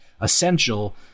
essential